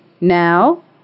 Now